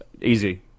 Easy